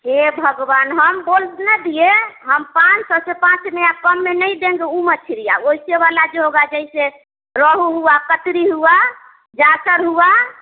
हे भगवान हम बोलना दिए हम पाँच सौ से पाँच नया कम में नहीं देंगे ऊ मछलियाँ वैसे वाला जो होगा जइसे रोहू हुआ कतरी हुआ जासर हुआ